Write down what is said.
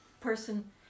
person